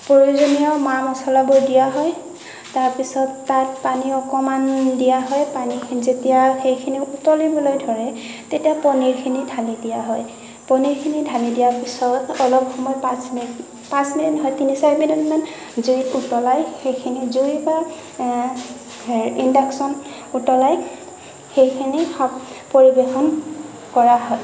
প্ৰয়োজনীয় মা মছলাবোৰ দিয়া হয় তাৰ পিছত তাত পানী অকণমান দিয়া হয় যেতিয়া সেইখিনি উতলিবলৈ ধৰে তেতিয়া পনীৰখিনি ঢালি দিয়া হয় পনীৰখিনি ঢালি দিয়াৰ পিছত অলপ সময় পাঁচ মিনিট নহয় তিনি চাৰি মিনিটমান জুইত উতলাই জুই বা ইণ্ডাকছন উতলাই সেইখিনি সা পৰিবেশন কৰা হয়